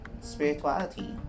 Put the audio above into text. spirituality